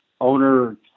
owner